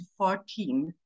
14